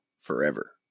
forever